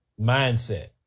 mindset